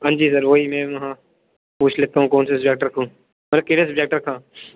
हां जी सर वही मैं महा पूछ लेता हू कौन से सब्जेक्ट रक्खू मतलब केह्ड़े सब्जेक्ट रक्खां